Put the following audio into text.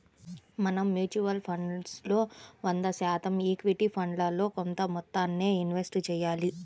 మనం mutual funds లో వంద శాతం ఈక్విటీ ఫండ్లలో కొంత మొత్తాన్నే ఇన్వెస్ట్ చెయ్యాలి